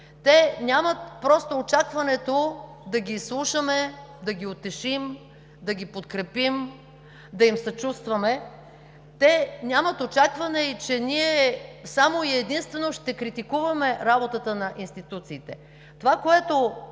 те нямат просто очакването да ги изслушаме, да ги утешим, да ги подкрепим, да им съчувстваме. Те нямат очакване, че ние само и единствено ще критикуваме работата на институциите. Това, което